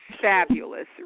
Fabulous